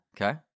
Okay